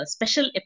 Special